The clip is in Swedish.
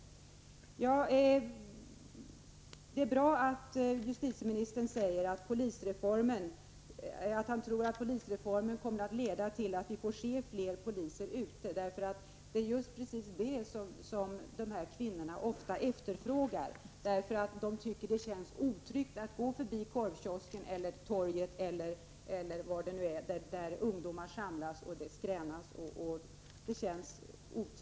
Det är bra att justitieministern säger att han tror att polisreformen kommer att leda till att vi får se fler poliser ute på gatorna. Det är det som kvinnorna efterfrågar. De tycker att det känns otryggt att gå förbi korvkiosken, torget eller andra ställen där ungdomar samlas och där det skränas.